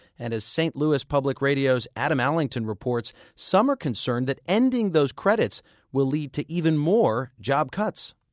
and as st. louis public radio's adam allington reports, some are concerned that ending those credits will lead to even more job cuts